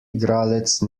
igralec